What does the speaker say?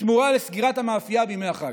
בתמורה לסגירת המאפייה בימי החג.